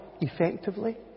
effectively